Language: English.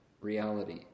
reality